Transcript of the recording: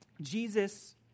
Jesus